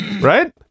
right